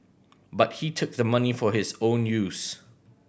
but he took the money for his own use